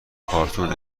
کارتون